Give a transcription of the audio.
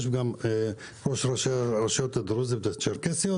וגם ראש ראשי הרשויות הדרוזיות והצ'רקסיות